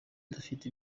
dufite